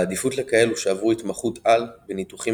בעדיפות לכאלו שעברו התמחות-על בניתוחים